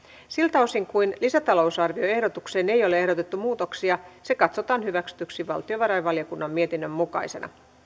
siltä osin kuin lisäta lousarvioehdotukseen ei ole ehdotettu muutoksia se katsotaan hyväksytyksi valtiovarainvaliokunnan mietinnön mukaisena